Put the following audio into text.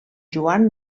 joan